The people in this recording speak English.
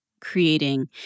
creating